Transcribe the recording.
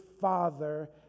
father